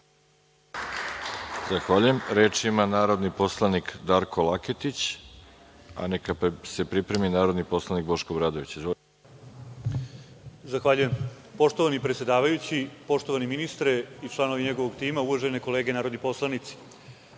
Zahvaljujem. Reč ima narodni poslanik Darko Laketić, a neka se pripremi Boško Obradović. **Darko Laketić** Zahvaljujem. Poštovani predsedavajući, poštovani ministre i članovi njegovog tima, uvažene kolege narodni poslanici,